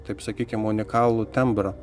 taip sakykim unikalų tembrą